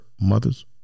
mother's